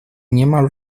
niemal